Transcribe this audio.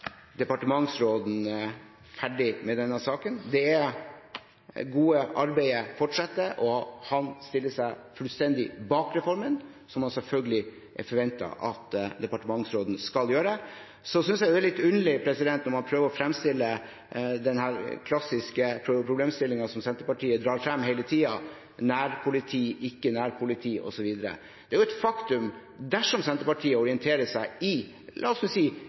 departementsråden ferdig med denne saken. Det gode arbeidet fortsetter, og han stiller seg fullstendig bak reformen – som det selvfølgelig er forventet at departementsråden skal gjøre. Jeg synes det er litt underlig når man prøver å fremstille den klassiske problemstillingen som Senterpartiet drar frem hele tiden – nærpoliti, ikke nærpoliti osv. Det er et faktum at dersom Senterpartiet orienterer seg i